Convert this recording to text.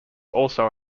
also